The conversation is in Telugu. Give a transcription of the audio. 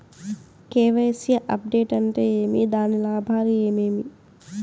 కె.వై.సి అప్డేట్ అంటే ఏమి? దాని లాభాలు ఏమేమి?